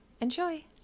enjoy